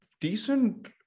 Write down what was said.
decent